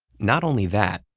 not only that,